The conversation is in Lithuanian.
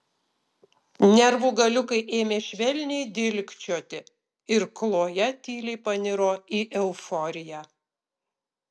nervų galiukai ėmė švelniai dilgčioti ir kloja tyliai paniro į euforiją